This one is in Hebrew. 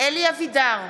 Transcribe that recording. אלי אבידר,